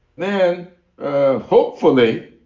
then hopefully